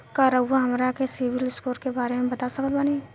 का रउआ हमरा के सिबिल स्कोर के बारे में बता सकत बानी?